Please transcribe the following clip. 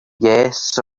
yes